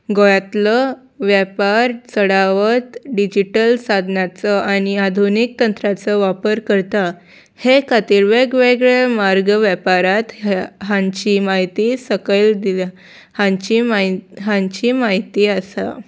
गोंयांतलो वेपार चडावत डिजिटल साधनाचो आनी आधुनीक तंत्राचो वापर करता हे खातीर वेगवेगळ्या मार्ग वेपाऱ्यांत हांची म्हायती सकयल दिल्या हांचीय हांची म्हायती आसा